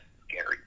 scary